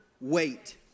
Wait